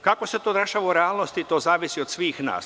Kako se to rešava u realnosti, to zavisi od svih nas.